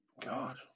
God